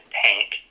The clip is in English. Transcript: tank